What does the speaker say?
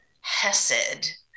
hesed